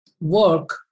work